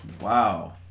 Wow